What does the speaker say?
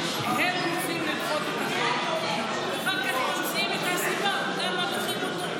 הם רוצים לדחות את החוק ואחר כך הם ממציאים את הסיבה למה דוחים אותו,